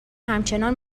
همچنان